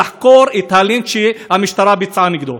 שתחקור את הלינץ' שהמשטרה ביצעה נגדו.